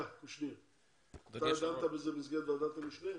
חבר הכנסת קושניר, אתה דנת בזה במסגרת ועדת המשנה?